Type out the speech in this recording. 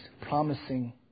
promising